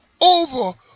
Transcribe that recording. over